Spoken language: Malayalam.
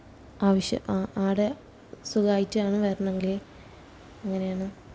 ആവശ്യം അവിടെ അസുഖമായിട്ടാണ് വരണമെങ്കില് അങ്ങനെയാണ്